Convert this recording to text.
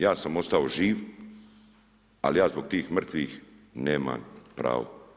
Ja sam ostao živ ali ja zbog tih mrtvih nemam pravo.